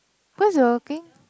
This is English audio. cause you are working